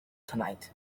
tonight